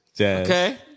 Okay